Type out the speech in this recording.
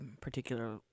particular